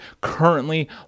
currently